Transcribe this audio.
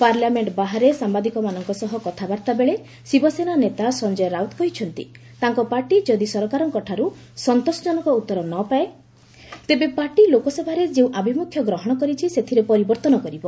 parliament ବାହାରେ ସାମ୍ବାଦିକମାନଙ୍କ ସହ କଥାବାର୍ତ୍ତା ବେଳେ ଶିବସେନା ନେତା ସଂଜୟ ରାଉତ କହିଛନ୍ତି ତାଙ୍କ ପାର୍ଟି ଯଦି ସରକାରଙ୍କଠାରୁ ସନ୍ତୋଷଜନକ ଉତ୍ତର ନ ପାଏ ତେବେ ପାର୍ଟି ଲୋକସଭାରେ ଯେଉଁ ଆଭିମୁଖ୍ୟ ଗ୍ରହଣ କରିଛି ସେଥିରେ ପରିବର୍ତ୍ତନ କରିବ